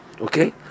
Okay